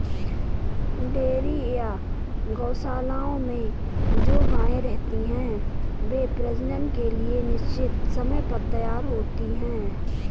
dairy या गोशालाओं में जो गायें रहती हैं, वे प्रजनन के लिए निश्चित समय पर तैयार होती हैं